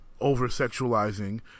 over-sexualizing